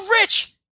Rich